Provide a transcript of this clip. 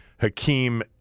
Hakeem